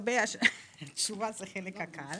התשובה זה החלק הקל.